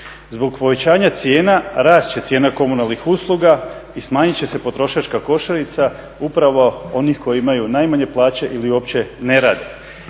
Zbog povećanja cijena rast će cijena komunalnih usluga i smanjit će se potrošačka košarica upravo onih koji imaju najmanje plaće ili uopće ne rade.